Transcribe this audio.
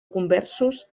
conversos